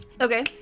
Okay